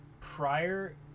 prior